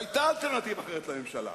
ואחת הסיבות לרצון שלנו בקואליציה להגיד "עצרו",